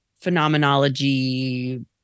phenomenology